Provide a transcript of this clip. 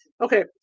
okay